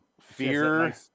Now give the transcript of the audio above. Fear